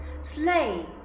sleigh